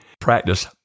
Practice